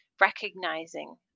recognizing